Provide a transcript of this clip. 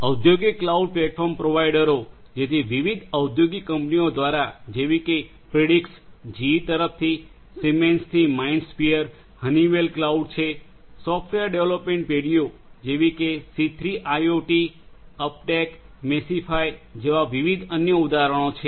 તેથી ઔદ્યોગિક cloud platform પ્રોવાઇડરો જેથી વિવિધ ઔદ્યોગિક કંપનીઓ દ્વારા જેવી કે પ્રિડિક્સ જીઈ તરફથી સિમેન્સથી માઇન્ડસ્ફિયર હનીવેલ ક્લાઉડ છે સોફ્ટવેર ડેવલપમેન્ટ પેઢીઓ જેવી કે સી3આઇઓટી અપટેક મેશિફાઇ જેવા વિવિધ અન્ય ઉદાહરણો છે